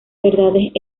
verdades